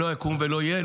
לא יקום ולא יהיה.